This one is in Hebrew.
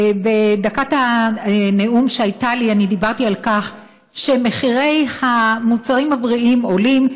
בדקת הנאום שהייתה לי אני דיברתי על כך שמחירי המוצרים הבריאים עולים,